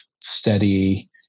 steady